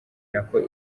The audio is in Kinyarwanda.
nako